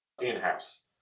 in-house